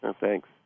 thanks